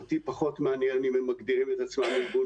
אותי פחות מעניין אם הם מגדירים את עצמם ארגון